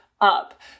up